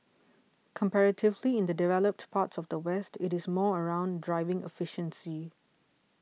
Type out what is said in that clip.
comparatively in the developed parts of the West it's more around driving efficiency